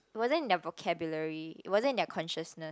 wasn't in their vocabulary it wasn't in their consciousness